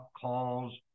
calls